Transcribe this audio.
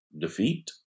defeat